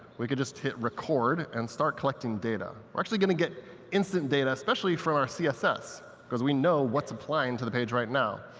we can just hit record and start collecting data. we're actually going to get instant data, especially from our css, because we know what's applying to the page right now.